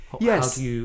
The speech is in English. Yes